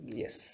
yes